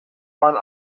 one